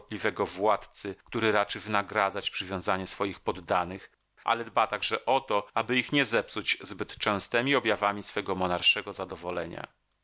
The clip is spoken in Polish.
miną dobrotliwego władcy który raczy wynagradzać przywiązanie swoich poddanych ale dba także o to aby ich nie zepsuć zbyt częstemi objawami swego monarszego zadowolenia